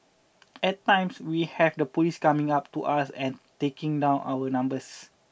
at times we have the police coming up to us and taking down our numbers